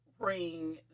bring